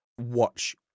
watch